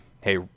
Hey